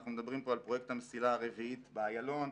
אנחנו מדברים פה על פרויקט המסילה הרביעית באיילון,